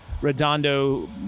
Redondo